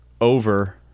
over